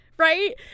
right